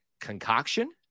concoction